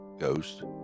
Ghost